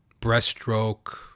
breaststroke